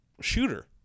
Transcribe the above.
shooter